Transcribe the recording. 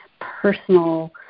personal